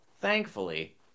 thankfully